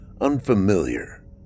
unfamiliar